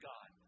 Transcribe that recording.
God